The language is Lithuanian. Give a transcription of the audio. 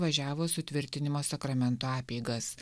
važiavo į sutvirtinimo sakramento apeigas